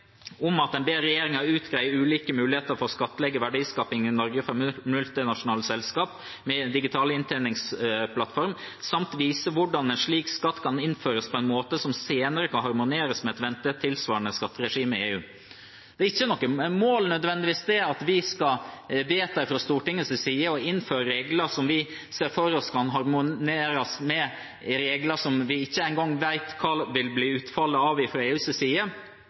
at en «ber regjeringen utrede ulike muligheter for å skattlegge verdiskapingen i Norge fra multinasjonale selskaper med digital inntjeningsplattform samt vise hvordan en slik skatt kan innføres på en måte som senere kan harmoneres med et ventet tilsvarende skatteregime i EU.» Det er ikke nødvendigvis noe mål at vi fra Stortingets side skal vedta å innføre regler vi ser for oss at kan harmoneres med regler som vi ikke engang vet hva vil bli utfallet av fra EUs side.